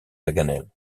paganel